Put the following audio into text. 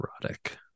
erotic